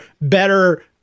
better